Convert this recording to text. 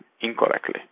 incorrectly